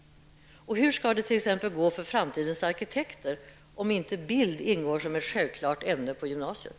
Och hur skall det t.ex. gå för framtidens arkitekter om inte bild ingår som ett självklart ämne på gymnasiet?